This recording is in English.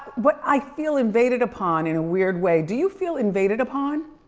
but i feel invaded upon in a weird way. do you feel invaded upon?